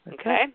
Okay